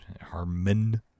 Harmon